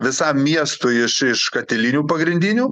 visam miestui iš iš katilinių pagrindinių